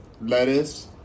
lettuce